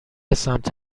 سمت